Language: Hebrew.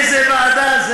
באיזה ועדה?